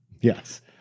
Yes